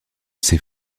ces